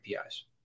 APIs